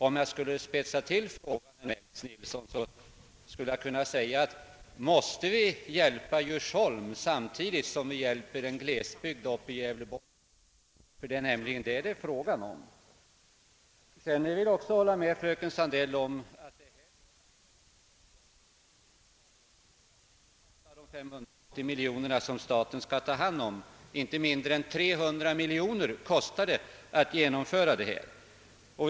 Om jag ville spetsa till frågan skulle jag kunna säga: Måste vi hjälpa Djursholm, samtidigt som vi hjälper en glesbygd i Gävleborgs län? Det är nämligen vad det är fråga om. Detta är, som fröken Sandell sade, en dyr reform. Det är en stor pott av de 580 miljonerna som staten skall ta hand om — inte mindre än 300 miljoner kronor kostar det att genomföra en sådan reform.